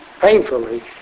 painfully